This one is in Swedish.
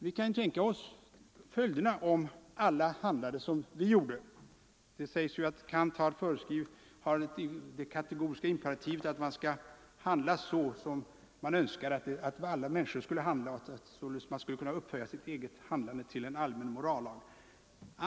Vi kan ju tänka oss följderna om alla länder skulle handla som Sverige gjorde. Kant tillskrivs ju det kategoriska imperativet att man skall handla så som man önskar att alla människor skulle handla och att man således skall kunna upphöja sitt eget handlande till allmän morallag.